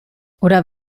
oder